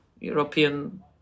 European